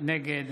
נגד